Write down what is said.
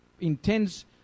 intends